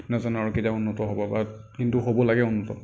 নাজানো আৰু কেতিয়া উন্নত হ'ব বাত্ কিন্তু হ'ব লাগে উন্নত